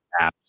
apps